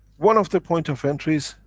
one of the point of entries,